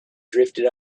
drifted